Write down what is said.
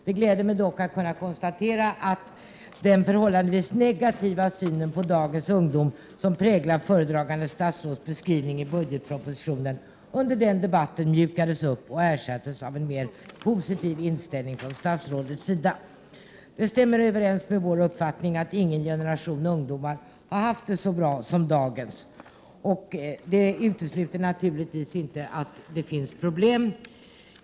Det gläder mig dock att i efterhand kunna konstatera att den förhållandevis negativa syn på dagens ungdom som präglar föredragande statsråds beskrivning i årets budgetproposition, under den debatten mjukades upp och ersattes av en betydligt mer positiv 55 inställning från statsrådets sida. Detta stämmer överens med vår uppfattning att ingen generation ungdomar haft det så bra som dagens generation, vilket i sin tur naturligtvis inte utesluter att det finns problem.